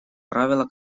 правило